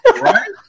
Right